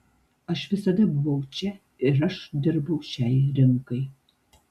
aš visada buvau čia ir aš dirbau šiai rinkai